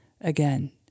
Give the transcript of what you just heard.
Again